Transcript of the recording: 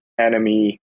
enemy